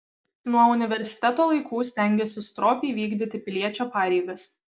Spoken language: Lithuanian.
nuo universiteto laikų stengiuosi stropiai vykdyti piliečio pareigas